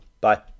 Bye